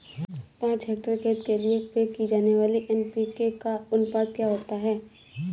पाँच हेक्टेयर खेत के लिए उपयोग की जाने वाली एन.पी.के का अनुपात क्या होता है?